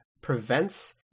prevents